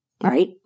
right